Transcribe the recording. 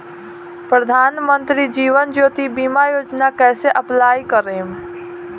प्रधानमंत्री जीवन ज्योति बीमा योजना कैसे अप्लाई करेम?